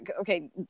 okay